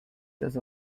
does